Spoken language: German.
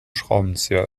schraubenzieher